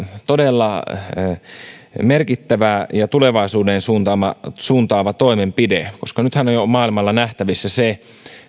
todella merkittävä ja tulevaisuuteen suuntaava suuntaava toimenpide koska jo nythän on maailmalla nähtävissä se